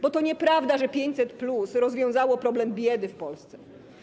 Bo to nieprawda, że 500+ rozwiązało problem biedy w Polsce.